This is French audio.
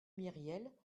myriel